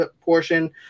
portion